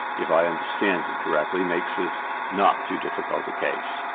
if i understand it correctly, makes this not too difficult a case,